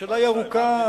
השאלה קצרה,